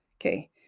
Okay